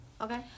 Okay